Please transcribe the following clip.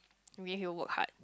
me here work hard